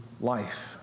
life